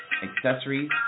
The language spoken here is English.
accessories